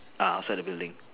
ah outside the building